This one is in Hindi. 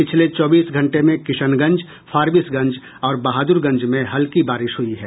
पिछले चौबीस घंटें में किशनगंज फारबिसगंज और बहादुरगंज में हल्की बारिश हुयी है